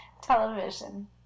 Television